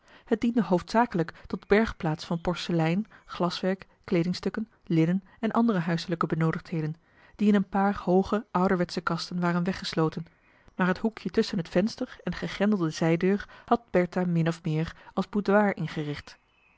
het diende hoofdzakelijk tot bergplaats van porselein glaswerk kleedingstukken linnen en andere huiselijke benoodigdheden die in een paar marcellus emants een drietal novellen hooge ouderwetsche kasten waren weggesloten maar het hoekje tusschen het venster en de gegrendelde zijdeur had bertha min of meer als boudoir ingericht